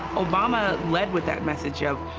obama led with that message of,